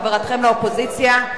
חברתכם לאופוזיציה,